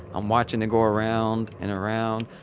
i'm watching it go around and around.